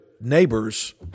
neighbors